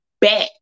back